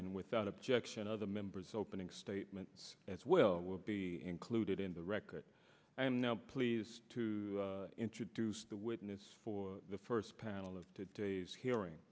and without objection other members opening statements as will will be included in the record i'm pleased to introduce the witness for the first panel of today's hearing